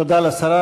תודה לשרה.